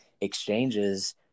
exchanges